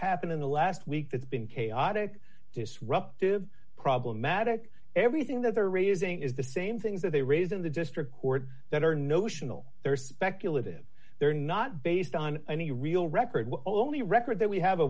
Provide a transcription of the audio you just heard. happened in the last week that's been chaotic disruptive problematic everything that they're raising is the same things that they raise in the district court that are notional they're speculative they're not based on any real record only record that we have